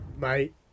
Mate